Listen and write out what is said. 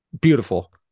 Beautiful